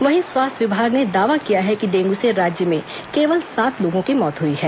वहीं स्वास्थ्य विभाग ने दावा किया है कि डेंगू से राज्य में केवल सात लोगों की मौत हुई है